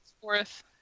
fourth